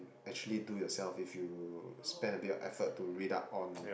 actually do yourself if you spend a bit of effort to read up on